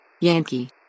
Yankee